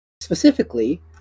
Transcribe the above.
Specifically